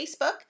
Facebook